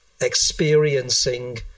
experiencing